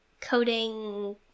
coding